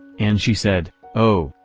and she said, oh,